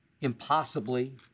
impossibly